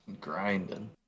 Grinding